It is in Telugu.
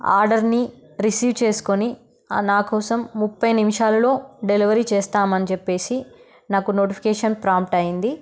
ఆర్డర్ని రిసీవ్ చేసుకొని నాకోసం ముప్పై నిమిషాలలో డెలివరీ చేస్తామని చెప్పి నాకు నోటిఫికేషన్ ప్రాంప్ట్ అయ్యింది